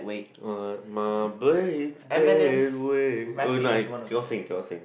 uh my brain's dead weight oh my cannot sing cannot sing